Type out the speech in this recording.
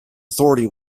authority